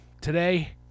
today